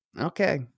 Okay